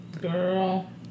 girl